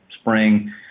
spring